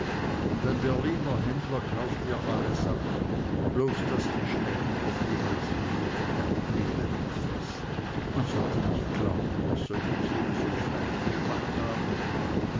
und ein berliner händler kauft ihr alles ab bloß daß die schnecken oft die hälfte jeder erdbeere wegfressen man sollte nicht glauben daß solche tiere solchen feinen geschmack haben